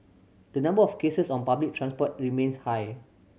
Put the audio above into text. the number of cases on public transport remains high